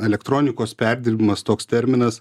elektronikos perdirbimas toks terminas